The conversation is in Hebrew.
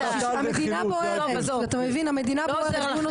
המדינה בוערת אתה מבין, המדינה בוערת והוא נוסע.